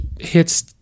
hits